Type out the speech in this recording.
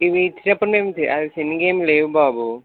ఇవి ఇచ్చినప్పుడు అవి చిరిగేమి లేవు బాబు